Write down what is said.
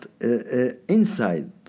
inside